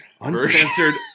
uncensored